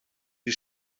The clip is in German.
die